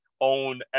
own